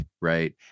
right